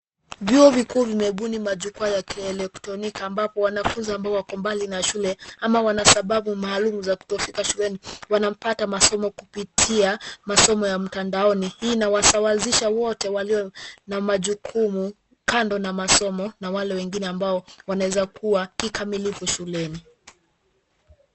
Vyuo vikuku vimebuni majukwaa ya kielektroniki ambako wanafunzi ambao wako mbali na shule ama wana sababu maalum za kutofika shuleni. Wanapata masomo kupitia masomo ya mtandaoni inawasawazisha wote walio na majukumu kando na masomo na wale wengine ambao wanaweza kuwa kikamilifu shuleni.